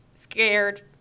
Scared